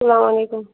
السلام علیکُم